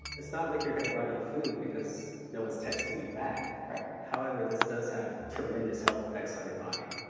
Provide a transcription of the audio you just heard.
it's not like you're gonna run out of food because no one's texting you back. right. however, this does have tremendous health effects on your body.